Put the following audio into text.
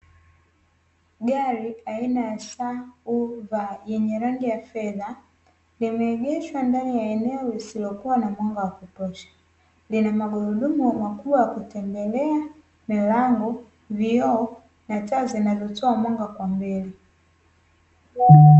Gari aina ya "SUV" lenye rangi ya fedha, limeegeshwa ndani ya eneo lisilokua na mwanga wa kutosha. Lina magurudumu makubwa ya kutembelea, milango, vioo na taa zinazotoa mwanga kwa mbele.